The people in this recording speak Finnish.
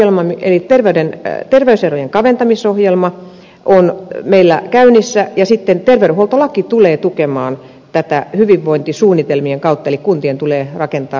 teroka ohjelma eli terveyserojen kaventamisohjelma on meillä käynnissä ja terveydenhuoltolaki tulee sitten tukemaan tätä hyvinvointisuunnitelmien kautta eli kuntien tulee rakentaa hyvinvointisuunnitelmat